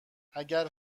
اگر